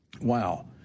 Wow